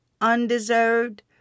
undeserved